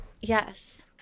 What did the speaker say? Yes